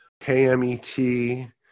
KMET